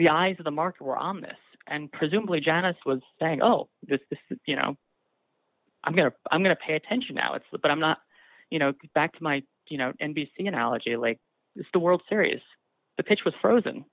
the eyes of the market were on this and presumably janice was saying oh this is you know i'm going to i'm going to pay attention now it's the but i'm not you know back to my you know n b c you know allergy like the world series the pitch was frozen